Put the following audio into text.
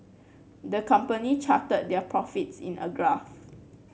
the company charted their profits in a graph